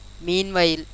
Meanwhile